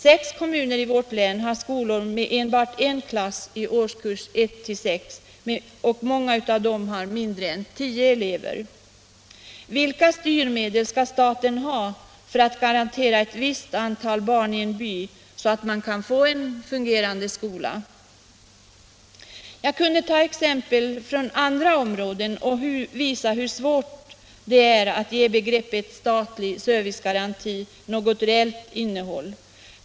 Sex kommuner i mitt län har skolor med enbart en klass i årskurs 1-6, och i många av dem är elevantalet under tio. Vilka styrmedel skall staten ha för att garantera ett visst antal barn i en by, så att man kan få en fungerande skola? Jag kunde ta exempel från andra områden och visa hur svårt det är att ge begreppet ”statlig servicegaranti” något reellt innehåll.